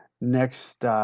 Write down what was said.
next